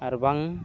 ᱟᱨᱵᱟᱝ